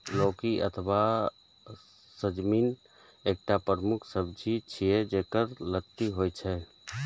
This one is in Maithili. लौकी अथवा सजमनि एकटा प्रमुख सब्जी छियै, जेकर लत्ती होइ छै